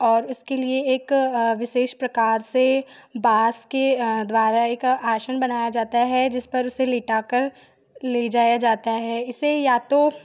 और इसके लिए एक विशेष प्रकार से बाँस के द्वारा एक आसन बनाया जाता है जिस पर उसे लिटाकर ले जाया जाता है इसे या तो